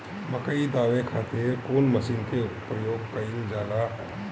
मकई दावे खातीर कउन मसीन के प्रयोग कईल जाला?